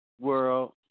world